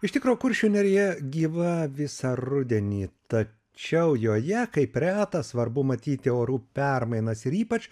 iš tikro kuršių nerija gyva visą rudenį tačiau joje kaip reta svarbu matyti orų permainas ir ypač